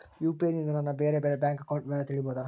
UPI ನಿಂದ ನನ್ನ ಬೇರೆ ಬೇರೆ ಬ್ಯಾಂಕ್ ಅಕೌಂಟ್ ವಿವರ ತಿಳೇಬೋದ?